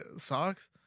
socks